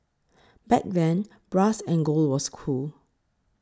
back then brass and gold was cool